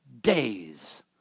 days